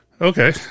okay